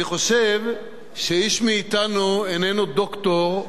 אני חושב שאיש מאתנו איננו דוקטור,